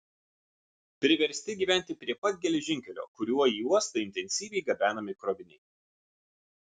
priversti gyventi prie pat geležinkelio kuriuo į uostą intensyviai gabenami kroviniai